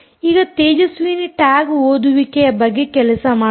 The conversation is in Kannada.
ಈಗ ತೇಜಸ್ವಿನಿ ಟ್ಯಾಗ್ ಓದುವಿಕೆಯ ಬಗ್ಗೆ ಕೆಲಸಮಾಡುತ್ತಾರೆ